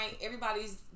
Everybody's